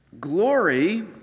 glory